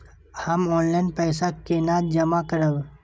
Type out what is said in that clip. हम ऑनलाइन पैसा केना जमा करब?